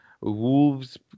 Wolves